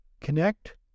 connect